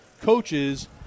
coaches